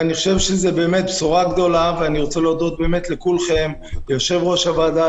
אני רוצה להודות ליושב-ראש הוועדה,